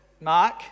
Mark